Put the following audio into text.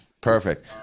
Perfect